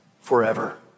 forever